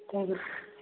thank you